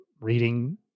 Reading